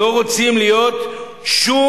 לא רוצים להיות שוב